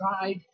side